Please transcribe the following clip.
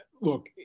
Look